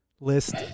list